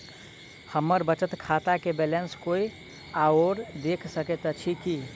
हम्मर बचत खाता केँ बैलेंस कोय आओर देख सकैत अछि की